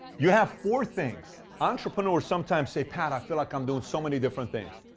you have four things. entrepreneurs sometimes say, pat, i feel like i'm doing so many different things.